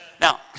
Now